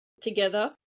together